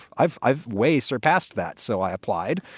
i've i've way surpassed that. so i applied.